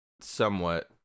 somewhat